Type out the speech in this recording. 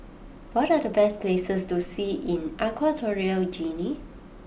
what are the best places to see in Equatorial Guinea